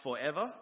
forever